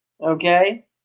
Okay